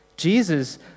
Jesus